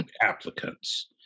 applicants